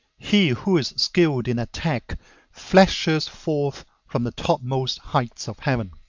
he who is skilled in attack flashes forth from the topmost heights of heaven.